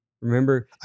Remember